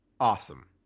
Awesome